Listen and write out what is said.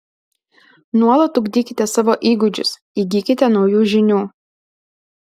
nuolat ugdykite savo įgūdžius įgykite naujų žinių